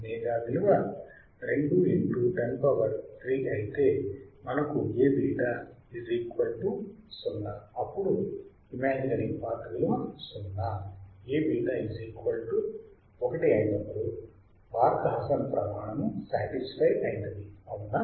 omega విలువ 2103 ఐతే మనకు Aβ0 అప్పుడు ఇమాజినరీ పార్ట్ విలువ 0 Aβ1 అయినప్పుడు బార్క్ హాసన్ ప్రమాణము శాటిస్ఫై అయినది అవునా